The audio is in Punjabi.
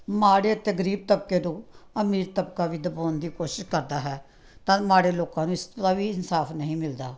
ਮਾੜੇ ਅਤੇ ਗਰੀਬ ਤਬਕੇ ਤੋਂ ਅਮੀਰ ਤਬਕਾ ਵੀ ਦਬਾਉਣ ਦੀ ਕੋਸ਼ਿਸ਼ ਕਰਦਾ ਹੈ ਤਾਂ ਮਾੜੇ ਲੋਕਾਂ ਨੂੰ ਇਸ ਦਾ ਵੀ ਇਨਸਾਫ ਨਹੀਂ ਮਿਲਦਾ